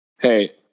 Hey